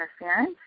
interference